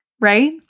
right